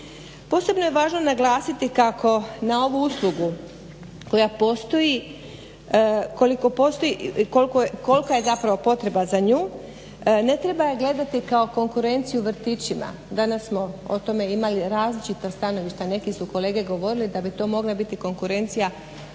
Posebno je važno naglasiti kako na ovu uslugu koja postoji, koliko postoji, kolika je zapravo potreba za nju. Ne treba gledati kako konkurenciju vrtićima. Danas smo o tome imali različita stanovišta. Neke su kolege govorili da to bi to mogla biti konkurencija